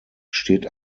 steht